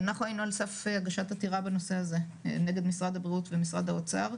אנחנו היינו על סף עתירה בנושא הזה נגד משרד הבריאות ומשרד האוצר,